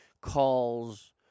calls